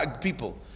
people